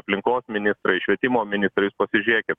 aplinkos ministrai švietimo ministrai jūs pasižiūrėkit